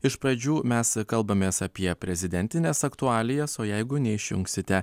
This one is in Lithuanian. iš pradžių mes kalbamės apie prezidentines aktualijas o jeigu neišjungsite